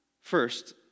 First